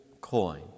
coin